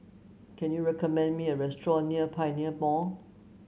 can you recommend me a restaurant near Pioneer Mall